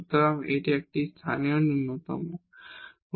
সুতরাং এটি একটি লোকাল মিনিমা